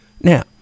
Now